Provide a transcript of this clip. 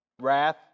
Wrath